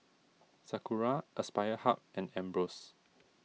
Sakura Aspire Hub and Ambros